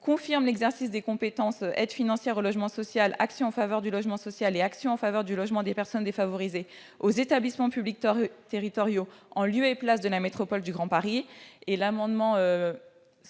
confier l'exercice des compétences « aides financières au logement social »,« actions en faveur du logement social » et « actions en faveur du logement des personnes défavorisées » aux établissements publics territoriaux en lieu et place de la Métropole du Grand Paris.